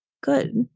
Good